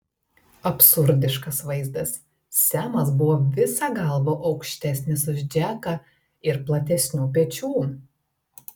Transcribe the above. absurdiškas vaizdas semas buvo visa galva aukštesnis už džeką ir platesnių pečių